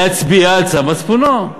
להצביע על-פי צו מצפונו.